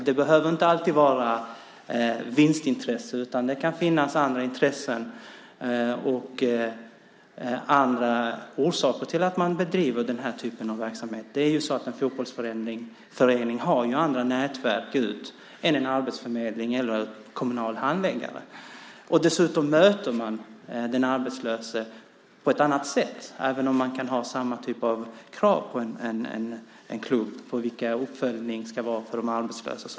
Det behöver inte alltid vara av vinstintresse, utan det kan finnas andra intressen och andra orsaker till att man bedriver den här typen av verksamhet. Det är ju så att en fotbollsförening har andra nätverk än en arbetsförmedling eller en kommunal handläggare. Dessutom möter man den arbetslöse på ett annat sätt, även om man kan ha samma typ av krav på en klubb när det till exempel gäller vilken uppföljning det ska vara för de arbetslösa.